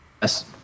Yes